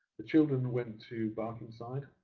the children went to barkingside